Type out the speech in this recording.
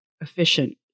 efficient